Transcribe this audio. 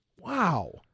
wow